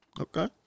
Okay